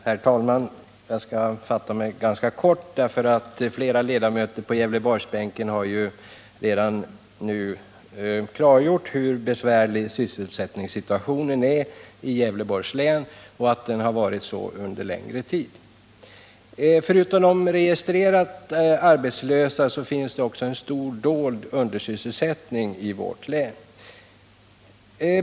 Herr talman! Jag skall fatta mig ganska kort, eftersom flera ledamöter på Gävleborgsbänken redan har klargjort hur besvärlig sysselsättningssituationen är i Gävleborgs län och att den varit så under en längre tid. Förutom de arbetslösa som är registrerade finns det en stor dold undersysselsättning i vårt län.